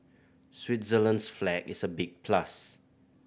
Switzerland's flag is a big plus